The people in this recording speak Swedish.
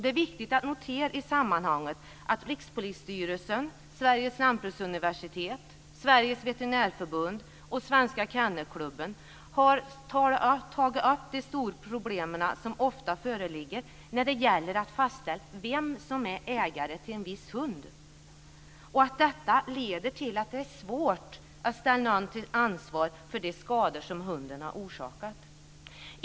Det är viktigt att notera i sammanhanget att Rikspolisstyrelsen, Sveriges lantbruksuniversitet, Sveriges Veterinärförbund och Svenska Kennelklubben har tagit upp de stora problem som ofta föreligger när det gäller att fastställa vem som är ägare till en viss hund. Detta leder till att det är svårt att ställa någon till ansvar för de skador som hunden har orsakat.